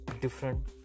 different